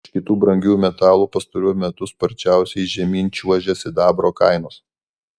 iš kitų brangiųjų metalų pastaruoju metu sparčiausiai žemyn čiuožia sidabro kainos